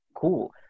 cool